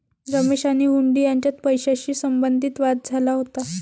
रमेश आणि हुंडी यांच्यात पैशाशी संबंधित वाद झाला होता